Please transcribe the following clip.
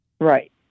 Right